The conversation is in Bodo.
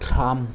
ट्राम्प